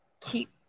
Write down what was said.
keep